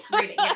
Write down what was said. Reading